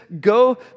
go